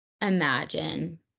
imagine